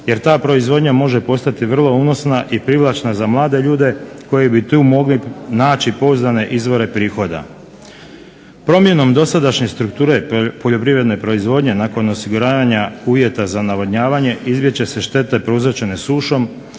jer ta proizvodnja može postati vrlo unosna i privlačna za mlade ljude koji bi tu mogli naći pouzdane izvore prihoda. Promjenom dosadašnje strukture poljoprivredne proizvodnje nakon osiguranja uvjeta za navodnjavanje …/Govornik se ne razumije./… se štete prouzročene sušom,